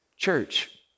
Church